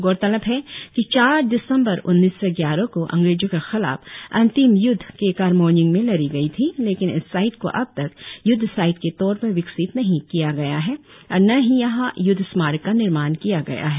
गौरतलब है कि चार दिसम्बर उन्नीस सौ ग्यारह को अंग्रेजो के खिलाफ अंतिम य्द्ध केकार मोन्यींग में लड़ी गई थी लेकिन इस साइट को अब तक युद्ध साइट के तौर पर विकसित नही किया गया है और न ही यहाँ युद्ध स्मारक का निर्माण किया गया है